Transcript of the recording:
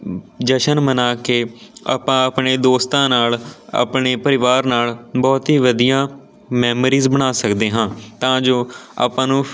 ਜਸ਼ਨ ਮਨਾ ਕੇ ਆਪਾਂ ਆਪਣੇ ਦੋਸਤਾਂ ਨਾਲ ਆਪਣੇ ਪਰਿਵਾਰ ਨਾਲ ਬਹੁਤ ਹੀ ਵਧੀਆ ਮੈਮਰੀਜ਼ ਬਣਾ ਸਕਦੇ ਹਾਂ ਤਾਂ ਜੋ ਆਪਾਂ ਨੂੰ